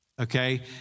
okay